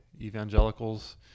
evangelicals